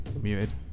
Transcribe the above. muted